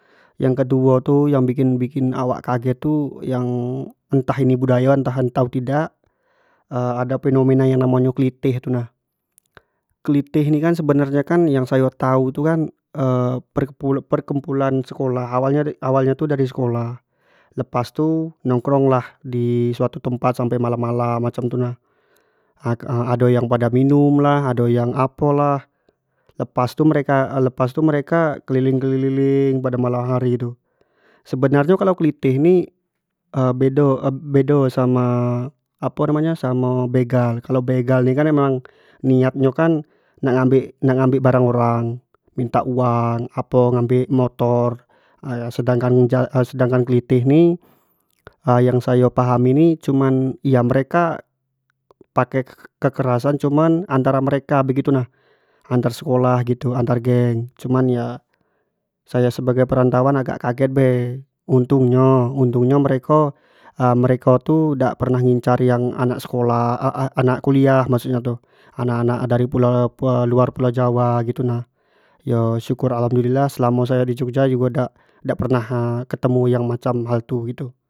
Yang ke duo tu, yang bikin bikin awak kaget tu yang entah ini budayo entah idak ado fenomena yang namo nyo klitih tu nah, klitih ini tu kan sebenar nyo kan yang sayo tau tu kan, perkumpulan sekolah awal nyo-awalnyo tu dari sekolah, lepas tu nongkrong lah di suatu tempat sampai malam-malam macam tu nah, ado yang pado minum lah, ado yang apo lah, pas tu mereka lepas tu mereka keliling-keliling pada malam hari sebenar nyo kalua klitih ni bedo-bedo samo begal, kalo begal ni kan niat nyo kan nak ngambek barang orang, minta uang apo ngambek motor, sedangkan ja-sedangkan klitih ni yang sayo pahami ni ya mereka pake kekerasan cuman di antara mereka begitu nah, antar sekolah antar gank, cuman iya saya sebagai perantaun ya agak kaget be, untung nyo-untung yo mereko tu dak pernah ngincar yang anak sekolah anak kuliah maskud nyo tu, anak-anak dari luar pulau jawa gitu kan, yo syukur alhamdulillah selamo sayodi jogja dak pernah-dak pernah ketemu yang macam gitu tu.